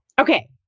Okay